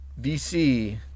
vc